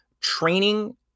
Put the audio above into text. training